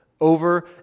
over